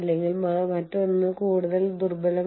ഒരു jalapeno burger ഇവിടെ കൂടുതൽ വിലമതിക്കപ്പെടണമെന്നില്ല